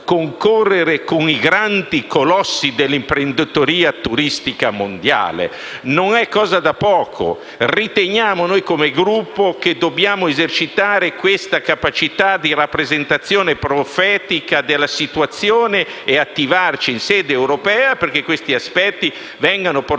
con i grandi colossi dell'imprenditoria turistica mondiale. Non è cosa da poco. Noi, come Gruppo, riteniamo di dover esercitare questa capacità di rappresentazione profetica della situazione e attivarci in sede europea perché questi aspetti vengano portati